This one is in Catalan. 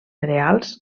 cereals